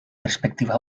perspectiva